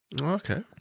Okay